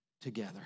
together